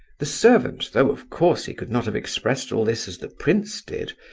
the servant, though of course he could not have expressed all this as the prince did,